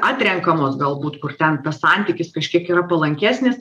atrenkamos galbūt kur ten tas santykis kažkiek yra palankesnis